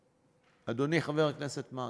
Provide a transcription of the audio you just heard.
אדוני, חבר הכנסת מרגי?